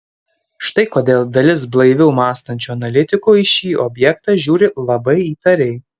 štai kodėl dalis blaiviau mąstančių analitikų į šį objektą žiūri labai įtariai